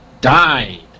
died